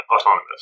autonomous